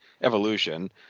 Evolution